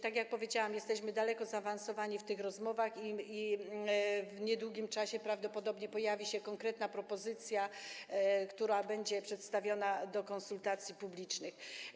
Tak jak powiedziałam, jesteśmy bardzo zaawansowani w tych rozmowach i w niedługim czasie prawdopodobnie pojawi się konkretna propozycja, która będzie przedstawiona do konsultacji publicznych.